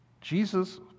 Jesus